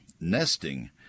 nesting